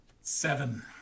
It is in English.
Seven